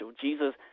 Jesus